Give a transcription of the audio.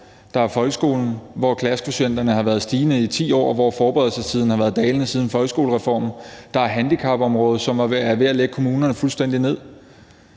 Der er folkeskolen, hvor klassekvotienten har været stigende i 10 år, og hvor forberedelsestiden har været dalende siden folkeskolereformen. Der er handicapområdet, som er ved at lægge kommunerne fuldstændig ned.